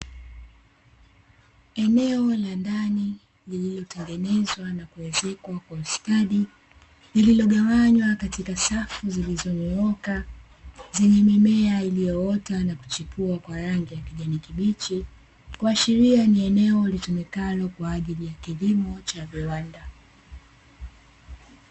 Eneo lililotengenezwa na kuezekwa kwa ustadi, lililogawanywa katika safu zilizonyoroka zenye mimea iliyoota na kuchipua kwa rangi ya kijani kibichi, kuashiria ni eneo ulitumikalo kwa ajili ya kilimo cha viwanda.